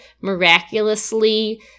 miraculously